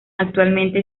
actualmente